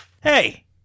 Hey